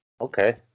Okay